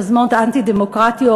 יוזמות אנטי-דמוקרטיות,